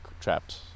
trapped